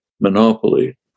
monopoly